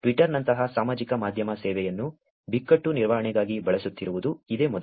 ಟ್ವಿಟರ್ನಂತಹ ಸಾಮಾಜಿಕ ಮಾಧ್ಯಮ ಸೇವೆಯನ್ನು ಬಿಕ್ಕಟ್ಟು ನಿರ್ವಹಣೆಗಾಗಿ ಬಳಸುತ್ತಿರುವುದು ಇದೇ ಮೊದಲು